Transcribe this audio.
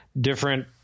different